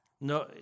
No